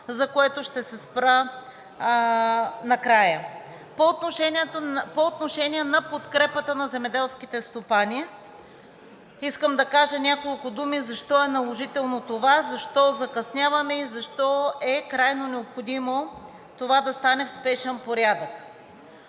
за което ще се спра накрая. По отношение на подкрепата на земеделските стопани искам да кажа няколко думи защо е наложително това, защо закъсняваме и защо е крайно необходимо това да стане в спешен порядък.